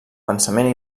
pensament